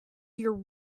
your